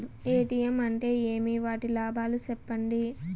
ATM అంటే ఏమి? వాటి లాభాలు సెప్పండి